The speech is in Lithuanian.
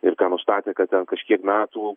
ir ten nustatė kad ten kažkiek metų